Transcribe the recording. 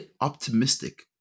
optimistic